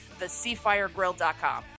theseafiregrill.com